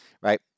right